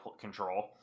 control